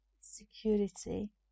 security